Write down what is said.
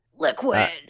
Liquid